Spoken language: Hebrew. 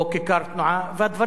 והדברים לא מתבצעים,